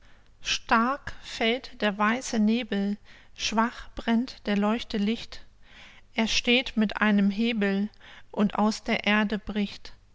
stark fällt der weiße nebel schwach brennt der leuchte licht er steht mit einem hebel und aus der erde bricht